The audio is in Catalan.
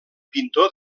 pintor